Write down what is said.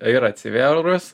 yra atsivėrus